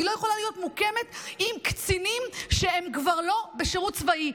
והיא לא יכולה להיות מוקמת עם קצינים שהם כבר לא בשירות צבאי.